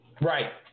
Right